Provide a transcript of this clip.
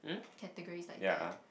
categories like that